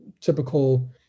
typical